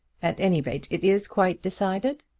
at any rate it is quite decided?